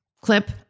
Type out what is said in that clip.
clip